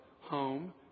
home